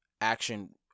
action